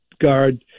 guard